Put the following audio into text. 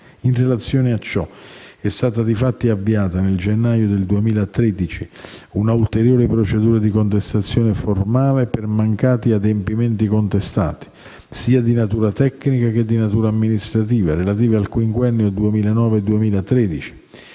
In relazione a ciò è stata difatti avviata, nel gennaio 2013, un'ulteriore procedura di contestazione formale per mancati adempimenti contestati, sia di natura tecnica che amministrativa, relativi al quinquennio 2009-2013.